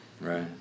Right